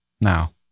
Now